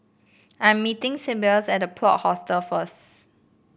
I am meeting Seamus at The Plot Hostels first